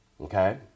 Okay